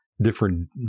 different